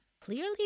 Clearly